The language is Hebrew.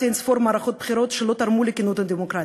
אין-ספור מערכות בחירות שלא תרמו לכינון הדמוקרטיה.